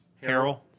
Harold